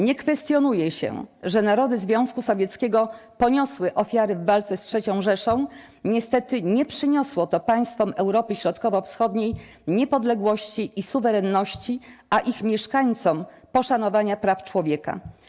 Nie kwestionuje się, że narody Związku Sowieckiego poniosły ofiary w walce z III Rzeszą, niestety nie przyniosło to państwom Europy Środkowo-Wschodniej niepodległości i suwerenności, a ich mieszkańcom - poszanowania praw człowieka.